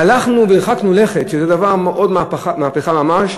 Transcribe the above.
הלכנו והרחקנו לכת, שזה דבר של, מהפכה ממש,